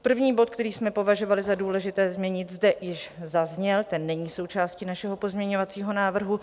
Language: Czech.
První bod, který jsme považovali za důležité zmínit, zde již zazněl, ten není součástí našeho pozměňovacího návrhu.